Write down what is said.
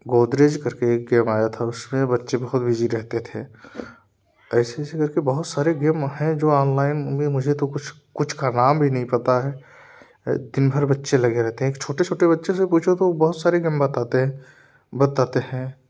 गोदरेज करके एक गेम आया था उसमें बच्चे बहुत बिजी रहते थे ऐसे ऐसे करके बहुत सारे गेम हैं जो ऑनलाइन में मुझे तो कुछ कुछ का नाम भी नहीं पता है ये दिन भर बच्चे लगे रहते हैं एक छोटे छोटे बच्चों से पूछो तो वो बहुत सारे गेम बताते हैं बताते हैं